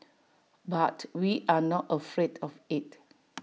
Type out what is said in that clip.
but we are not afraid of IT